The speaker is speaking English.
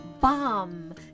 Bomb